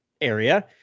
area